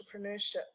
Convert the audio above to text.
entrepreneurship